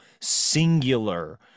singular